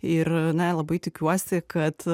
ir labai tikiuosi kad